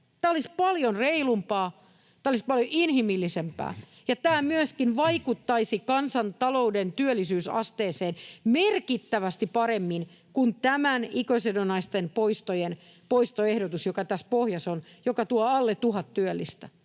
Tämä olisi paljon reilumpaa, tämä olisi paljon inhimillisempää, ja tämä myöskin vaikuttaisi kansantalouden työllisyysasteeseen merkittävästi paremmin kuin tämä ikäsidonnaisten poikkeusten poistoehdotus, joka tässä pohjassa on, joka tuo alle tuhat työllistä.